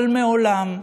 אבל מעולם,